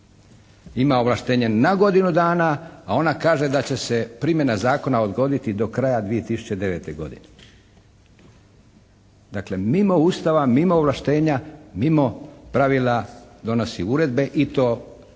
Ima ovlaštenje na godinu dana, a ona kaže da će se primjena zakona odgoditi do kraja 2009. godine. Dakle, mimo Ustava, mimo ovlaštenja, mimo pravila donosi uredbe i to s